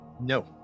No